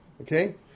Okay